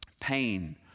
pain